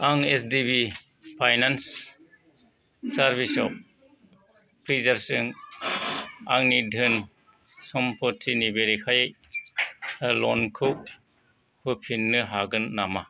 आं HDB finance सार्भिसआव फ्रिसार्जजों आंनि धोन सम्फथिनि बेरेखायै लनखौ होफिन्नो हागोन नामा